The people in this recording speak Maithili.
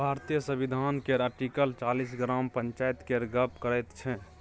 भारतीय संविधान केर आर्टिकल चालीस ग्राम पंचायत केर गप्प करैत छै